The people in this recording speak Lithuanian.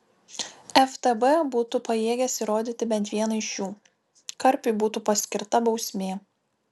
ftb būtų pajėgęs įrodyti bent vieną iš jų karpiui būtų paskirta bausmė